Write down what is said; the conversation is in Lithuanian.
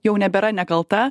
jau nebėra nekalta